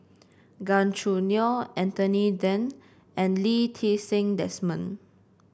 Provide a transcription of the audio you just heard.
Gan Choo Neo Anthony Then and Lee Ti Seng Desmond